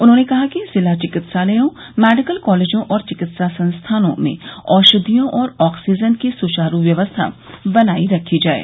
उन्होंने कहा कि जिला चिकित्सालयों मेडिकल कॉलेजों और चिकित्सा संस्थानों में औषधियों और आक्सीजन की सुचारू व्यवस्था बनायी रखी जाये